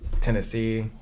Tennessee